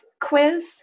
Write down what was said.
quiz